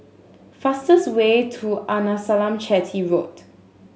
fastest way to Arnasalam Chetty Road